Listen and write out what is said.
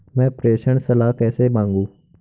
मैं प्रेषण सलाह कैसे मांगूं?